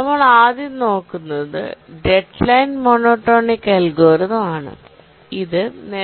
നമ്മൾ ആദ്യം നോക്കുന്നത് ഡെഡ്ലൈൻ മോണോടോണിക് അൽഗോരിതം ആണ് ഇത്